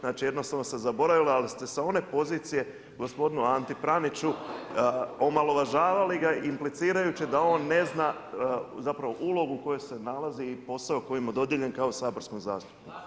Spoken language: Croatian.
Znači jednostavno se zaboravilo, ali ste sa one pozicije gospodinu Anti Praniću omalovažavali ga implicirajući da on ne zna zapravo ulogu u kojoj se nalazi i posao koji mu je dodijeljen kao saborskom zastupniku.